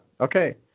Okay